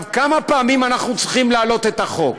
כמה פעמים אנחנו צריכים להעלות את החוק?